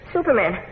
Superman